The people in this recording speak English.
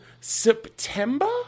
September